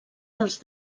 dels